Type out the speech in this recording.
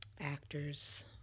actors